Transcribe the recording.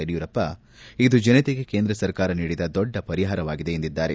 ಯಡಿಯೂರಪ್ಪ ಇದು ಜನತೆಗೆ ಕೇಂದ್ರ ಸರ್ಕಾರ ನೀಡಿದ ದೊಡ್ಡ ಪರಿಹಾರವಾಗಿದೆ ಎಂದಿದ್ದಾರೆ